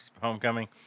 homecoming